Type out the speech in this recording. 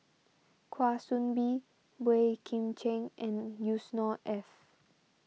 Kwa Soon Bee Boey Kim Cheng and Yusnor Ef